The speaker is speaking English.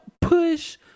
push